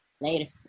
later